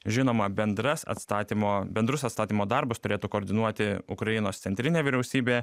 žinoma bendras atstatymo bendrus atstatymo darbus turėtų koordinuoti ukrainos centrinė vyriausybė